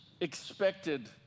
expected